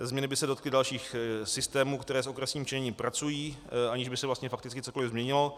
Změny by se dotkly dalších systémů, které s okresním členěním pracují, aniž by se vlastně fakticky cokoli změnilo.